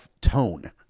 tone